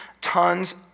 tons